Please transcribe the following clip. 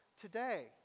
today